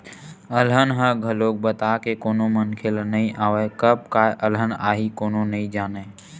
अलहन ह घलोक बता के कोनो मनखे ल नइ आवय, कब काय अलहन आही कोनो नइ जानय